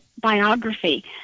biography